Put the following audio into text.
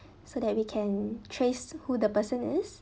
so that we can trace who the person is